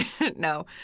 No